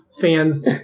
fan's